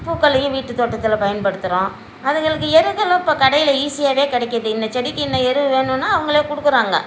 பூக்களையும் வீட்டுத் தோட்டத்தில் பயன்படுத்துகிறோம் அதுங்களுக்கு எருக்களும் இப்போ கடையில் ஈஸியாகவே கிடைக்குது இன்ன செடிக்கான எரு வேணுன்னால் அவங்களே கொடுக்குறாங்க